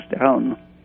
down